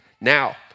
Now